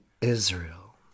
Israel